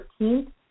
13th